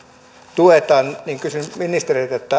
tuetaan niin kysyn ministeriltä